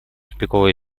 тупиковая